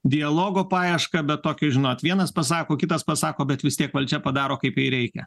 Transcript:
dialogo paiešką bet tokios žinot vienas pasako kitas pasako bet vis tiek valdžia padaro kaip jai reikia